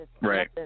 Right